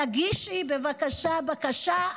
תגישי בבקשה בקשה,